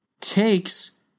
takes